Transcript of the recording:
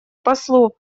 послу